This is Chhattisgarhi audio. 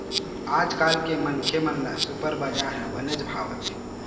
आजकाल के मनखे मन ल सुपर बजार ह बनेच भावत हे